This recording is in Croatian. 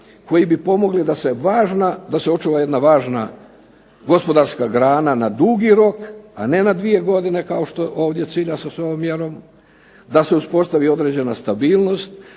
koji bi pomogli da se očuva jedna važna gospodarska grana na dugi rok, a ne na dvije godine kao što ovdje se cilja s određenom mjerom, da se uspostavi određena stabilnost,